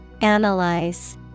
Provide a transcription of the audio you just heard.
Analyze